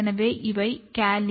எனவே இவை காலி